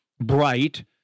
bright